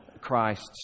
Christ's